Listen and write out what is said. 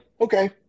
okay